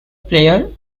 player